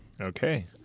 Okay